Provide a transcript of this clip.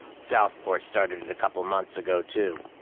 southport started it a couple months ago, too.